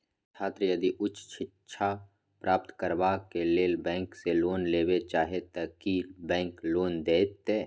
छात्र यदि उच्च शिक्षा प्राप्त करबैक लेल बैंक से लोन लेबे चाहे ते की बैंक लोन देतै?